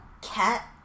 Cat